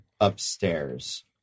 upstairs